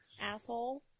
asshole